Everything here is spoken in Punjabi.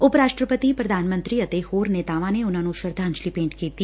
ਉਪ ਰਾਸਟਰਪਡੀ ਪ੍ਰਧਾਨ ਮੰਤਰੀ ਅਤੇ ਹੋਰ ਨੇਤਾਵਾ ਨੇ ਉਨੁਾ ਨੂੰ ਸ਼ਰਧਾਜਲੀ ਭੇਟ ਕੀਤੀ